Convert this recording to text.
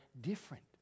different